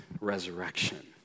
resurrection